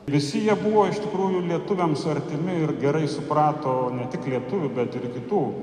visi jie buvo iš tikrųjų lietuviams artimi ir gerai suprato ne tik lietuvių bet ir kitų